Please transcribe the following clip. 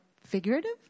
figurative